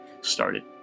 started